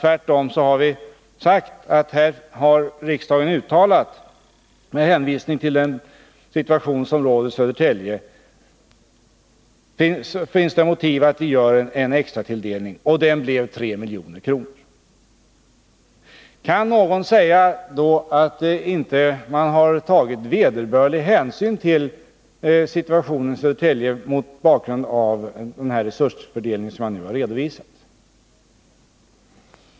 Tvärtom har vi sagt att riksdagen har uttalat, med hänvisning till den situation som råder i Södertälje, att det finns motiv att göra en extratilldelning — och den blev 3 milj.kr. Kan någon säga att inte vederbörlig hänsyn tagits till situationen i Södertälje mot bakgrund av den resurstilldelning jag nu redovisat?